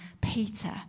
Peter